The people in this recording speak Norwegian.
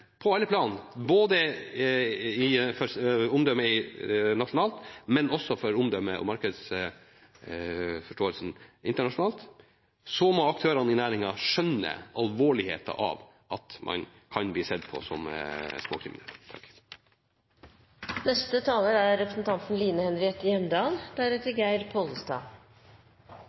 på alle plan for hvor alvorlig det er å bli stemplet som fuskere og kriminelle – for omdømmet nasjonalt, men også for omdømmet og markedsforståelsen internasjonalt – må aktørene i næringen skjønne alvorligheten av at man kan bli sett på som